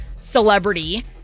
celebrity